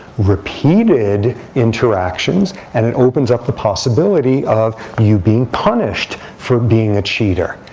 repeated interactions, and it opens up the possibility of you being punished for being a cheater,